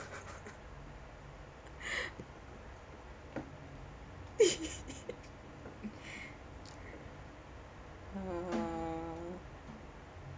err